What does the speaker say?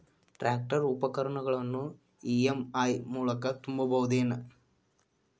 Tractor ಉಪಕರಣಗಳನ್ನು EMI ಮೂಲಕ ತುಂಬಬಹುದ ಏನ್?